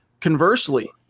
Conversely